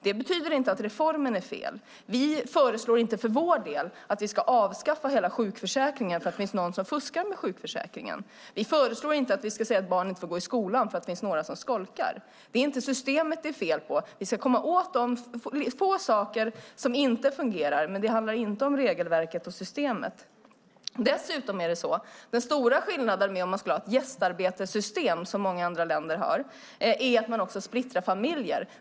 Det betyder inte att reformen är fel. Vi föreslår inte att hela sjukförsäkringen ska avskaffas för att några fuskar eller att barn inte ska få gå i skolan för att några skolkar. Det är inte systemet det är fel på. Vi ska komma åt de få saker som inte fungerar, men det handlar inte om regelverket och systemet. Med ett gästarbetarsystem, som många länder har, splittrar man familjer.